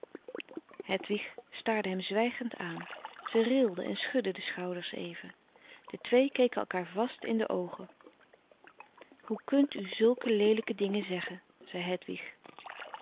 hedwig staarde hem zwijgend aan ze rilde en schudde de schouders even de twee keken elkaar vast in de oogen hoe kunt u zulke leelijke dingen zeggen zei hedwig